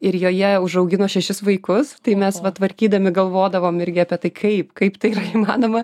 ir joje užaugino šešis vaikus tai mes va tvarkydami galvodavom irgi apie tai kaip kaip tai įmanoma